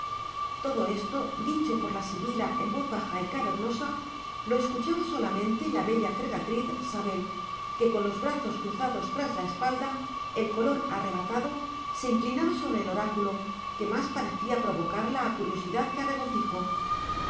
todo esto dicho por la sibila en voz baja y cavernosa lo escuchaba solamente la bella fregatriz sabel que con los brazos cruzados tras la espalda el color arrebatado se inclinaba sobre el oráculo que más parecía provocarla a curiosidad que a regocijo